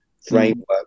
framework